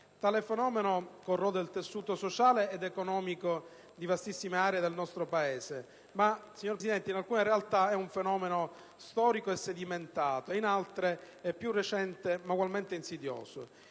Tale fenomeno corrode il tessuto sociale ed economico di vastissime aree del nostro Paese; in alcune realtà è un fenomeno storico e sedimentato, in altre è più recente ma ugualmente insidioso.